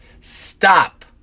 stop